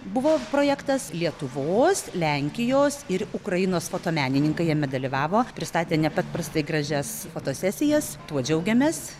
buvo projektas lietuvos lenkijos ir ukrainos fotomenininkai jame dalyvavo pristatė nepaprastai gražias fotosesijas tuo džiaugiamės